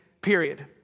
period